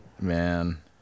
Man